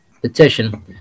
petition